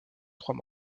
trois